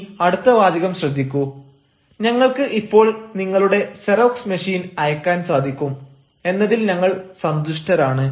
ഇനി അടുത്ത വാചകം ശ്രദ്ധിക്കൂ ഞങ്ങൾക്ക് ഇപ്പോൾ നിങ്ങളുടെ സെറോക്സ് മെഷീൻ അയക്കാൻ സാധിക്കും എന്നതിൽ ഞങ്ങൾ സന്തുഷ്ടരാണ്